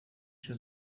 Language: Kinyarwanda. cya